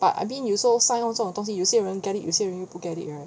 like I mean 有些人 sign on 这种东西有些人 get it 有些人又不 get it right